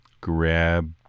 grab